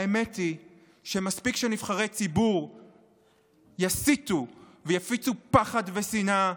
האמת היא שמספיק שנבחרי ציבור יסיתו ויפיצו פחד ושנאה,